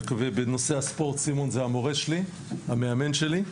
ובנושא הספורט סימון הוא המאמן שלי.